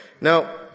Now